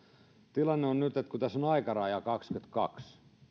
tilanne on nyt että kun tässä on aikaraja kaksikymmentäkaksi